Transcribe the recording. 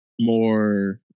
more